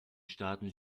staaten